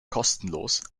kostenlos